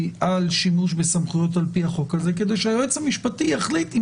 על שימוש בסמכויות על פי החוק הזה כדי שהיועץ המשפטי יחליט אם